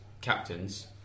captains